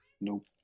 nope